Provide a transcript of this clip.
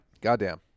Goddamn